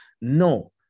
No